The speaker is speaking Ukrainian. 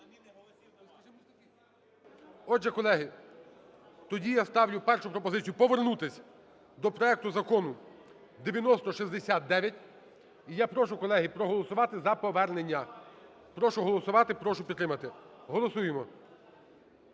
Отже, колеги, тоді я ставлю першу пропозицію повернутись до проекту Закону 9069. І я прошу, колеги, проголосувати за повернення. Прошу проголосувати, прошу підтримати. Голосуємо.